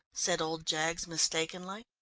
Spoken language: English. said old jaggs mistakenly.